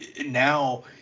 now